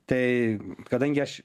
tai kadangi aš